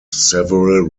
several